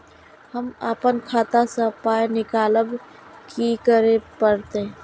हम आपन खाता स पाय निकालब की करे परतै?